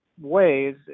ways